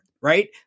right